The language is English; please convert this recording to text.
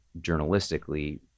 journalistically